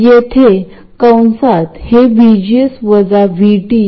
आता अर्थातच हे बायसिंगला त्रास न देताच घडले पाहिजे